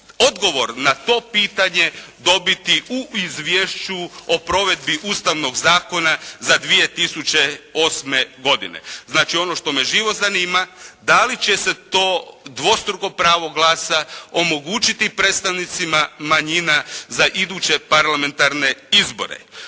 odgovor na to pitanje dobiti u Izvješću o provedbi Ustavnog zakona za 2008. godine. Znači ono što me živo zanima, da li će se to dvostruko pravo glasa omogućiti predstavnicima manjina za iduće parlamentarne izbore?